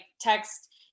text